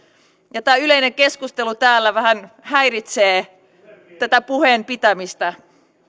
ja tämä yleinen keskustelu täällä vähän häiritsee tätä puheen pitämistä